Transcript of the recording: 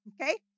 Okay